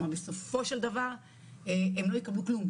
כלומר בסופו של דבר הם לא יקבלו כלום.